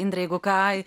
indrei ką